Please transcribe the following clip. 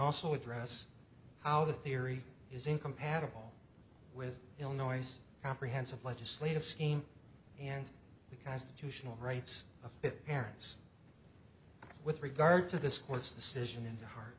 also address how the theory is incompatible with illinois comprehensive legislative scheme and the constitutional rights of parents with regard to this course of the situation i